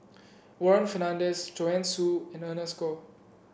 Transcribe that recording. Warren Fernandez Joanne Soo and Ernest Goh